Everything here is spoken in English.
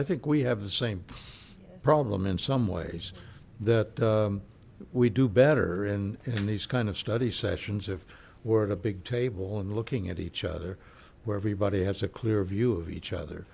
i think we have the same problem in some ways that we do better in in these kind of study sessions if we're at a big table and looking at each other where everybody has a clear view of each other